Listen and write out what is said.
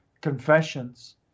confessions